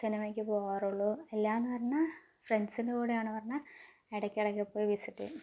സിനിമയ്ക്ക് പോകാറുള്ളു അല്ലയെന്നു പറഞ്ഞാൽ ഫ്രണ്ട്സിൻ്റെ കൂടെയാണെന്നു പറഞ്ഞാൽ ഇടയ്ക്കിടയ്ക്ക് പോയി വിസിറ്റ് ചെയ്യും